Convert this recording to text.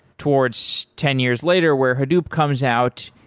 towards ten years later, where hadoop comes out,